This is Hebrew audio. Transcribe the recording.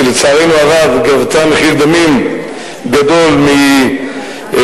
שלצערנו הרב גבתה מחיר דמים גדול משב"סנו,